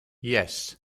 yes